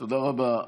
תודה רבה.